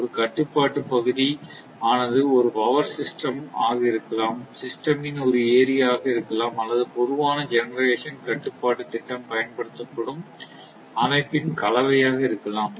ஒரு கட்டுப்பாட்டு பகுதி ஆனது ஒரு பவர் சிஸ்டம் ஆக இருக்கலாம் சிஸ்டம் ன் ஒரு ஏரியா ஆக இருக்கலாம் அல்லது பொதுவான ஜெனெரேஷன் கட்டுப்பாட்டு திட்டம் பயன்படுத்தப்படும் அமைப்பின் கலவையாக இருக்கலாம்